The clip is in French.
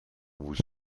vous